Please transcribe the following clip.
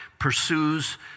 pursues